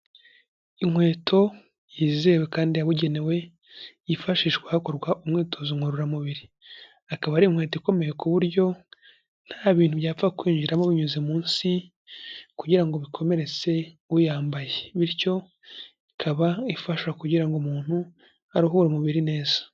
Inkweto yizewe kandi yabugenewe yifashishwa hakorwa umwitozo ngororamubiri, akaba ari inkweto ikomeye ku buryo nta bintu byapfa kwinjiramo binyuze munsi kugira ngo bikomeretse uyambaye, bityo ikaba ifasha kugira ngo umuntu aruhure umubiri neza.